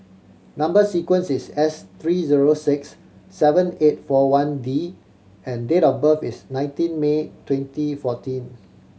number sequence is S three zero six seven eight four one D and date of birth is nineteen May twenty fourteen